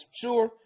sure